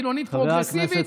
חילונית-פרוגרסיבית.